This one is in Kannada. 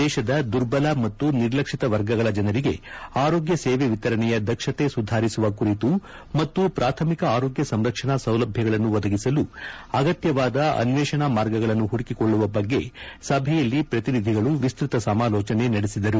ದೇಶದ ದುರ್ಬಲ ಮತ್ತು ನಿರ್ಲಕ್ಷಿತ ವರ್ಗಗಳ ಜನರಿಗೆ ಆರೋಗ್ಯ ಸೇವೆ ವಿತರಣೆಯ ದಕ್ಷತೆ ಸುಧಾರಿಸುವ ಕುರಿತು ಮತ್ತು ಪ್ರಾಥಮಿಕ ಆರೋಗ್ಯ ಸಂರಕ್ಷಣಾ ಸೌಲಭ್ಯಗಳನ್ನು ಒದಗಿಸಲು ಅಗತ್ಯವಾದ ಅನ್ವೇಷಣಾ ಮಾರ್ಗಗಳನ್ನು ಹುಡುಕಿಕೊಳ್ಳುವ ಬಗ್ಗೆ ಸಭೆಯಲ್ಲಿ ಪ್ರತಿನಿಧಿಗಳು ವಿಸ್ಪತ ಸಮಾಲೋಚನೆ ನಡೆಸಿದರು